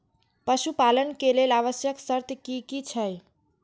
पशु पालन के लेल आवश्यक शर्त की की छै?